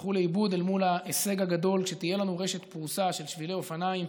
ילכו לאיבוד אל מול ההישג הגדול כשתהיה לנו רשת פרוסה של שבילי אופניים.